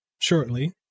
shortly